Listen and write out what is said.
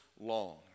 long